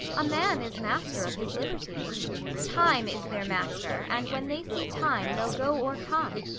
a man is master of his liberty time is their master, and when they see time, they'll go or come.